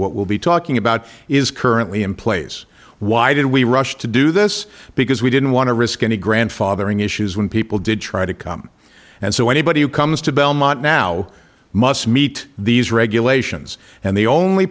what we'll be talking about is currently in place why did we rush to do this because we didn't want to risk any grandfathering issues when people did try to come and so anybody who comes to belmont now must meet these regulations and the only